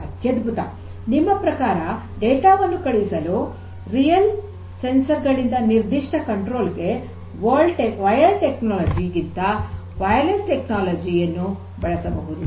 ಅತ್ಯದ್ಭುತ ನಿಮ್ಮ ಪ್ರಕಾರ ಡೇಟಾ ವನ್ನು ಕಳುಹಿಸಲು ನೈಜವಾದ ಸಂವೇದಕಗಳಿಂದ ನಿರ್ದಿಷ್ಟ ನಿಯಂತ್ರಕಕ್ಕೆ ವೈರ್ಡ್ ಟೆಕ್ನಾಲಜಿ ಗಿಂತ ವಯರ್ಲೆಸ್ ಕಮ್ಯುನಿಕೇಷನ್ ಟೆಕ್ನಾಲಜಿ ಯನ್ನು ಬಳಸಬಹುದು